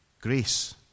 Grace